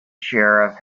sheriff